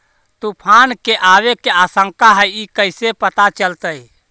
तुफान के आबे के आशंका है इस कैसे पता चलतै?